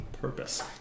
purpose